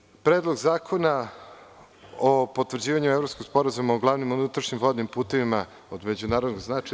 Sledeći je Predlog zakona o potvrđivanju Evropskog sporazuma o glavnim unutrašnjim vodnim putevima od međunarodnog značaja.